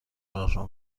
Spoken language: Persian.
راهرو